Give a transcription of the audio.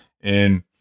and-